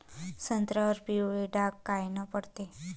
संत्र्यावर पिवळे डाग कायनं पडते?